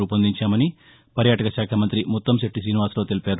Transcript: రూపొందించామని పర్యాటక శాఖ మంత్రి ముత్తంశెట్టి శ్రీనివాసరావు తెలిపారు